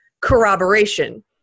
corroboration